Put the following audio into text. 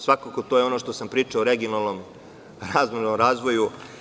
Svakako to je ono što sam pričao o regionalnom razvoju.